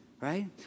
right